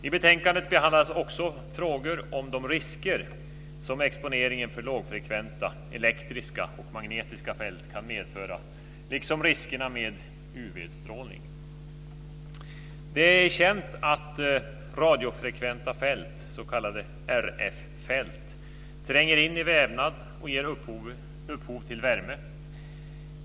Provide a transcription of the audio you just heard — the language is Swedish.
I betänkandet behandlas också frågor om de risker som exponeringen för lågfrekventa elektriska och magnetiska fält kan medföra liksom riskerna med Det är känt att radiofrekventa fält, s.k. RF-fält, tränger in i vävnad och ger upphov till värme.